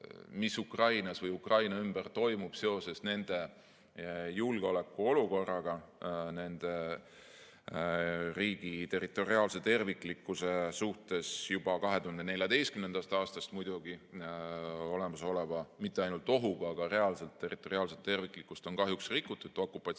mis Ukrainas või Ukraina ümber toimub seoses nende julgeolekuolukorraga, nende riigi territoriaalse terviklikkuse suhtes. Muidugi juba 2014. aastast on olemas mitte ainult oht, vaid reaalselt territoriaalset terviklikkust on kahjuks rikutud okupatsiooni